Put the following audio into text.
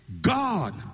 God